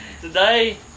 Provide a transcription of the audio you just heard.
Today